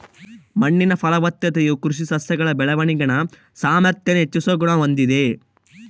ಮಣ್ಣಿನ ಫಲವತ್ತತೆಯು ಕೃಷಿ ಸಸ್ಯಗಳ ಬೆಳವಣಿಗೆನ ಸಾಮಾರ್ಥ್ಯಾನ ಹೆಚ್ಚಿಸೋ ಗುಣ ಹೊಂದಿದೆ